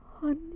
honey